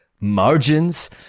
margins